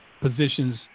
positions